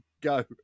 go